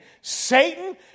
Satan